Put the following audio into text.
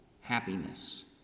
happiness